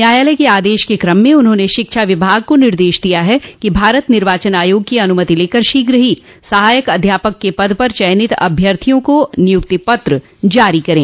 न्यायालय के आदेश के क्रम में उन्होंने शिक्षा विभाग को निर्देश दिया है कि भारत निर्वाचन आयोग की अनुमति लेकर शीघ्र ही सहायक अध्यापक के पद पर चयनित अभ्यर्थियों को नियुक्ति पत्र जारो करे